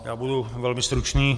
Já budu velmi stručný.